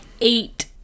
eight